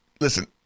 listen